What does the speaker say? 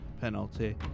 penalty